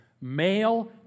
male